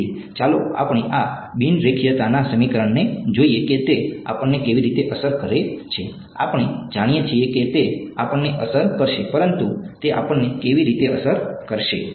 તેથી ચાલો આપણે આ બિનરેખીયતાના સમીકરણને જોઈએ કે તે આપણને કેવી રીતે અસર કરે છે આપણે જાણીએ છીએ કે તે આપણને અસર કરશે પરંતુ તે આપણને કેવી રીતે અસર કરશે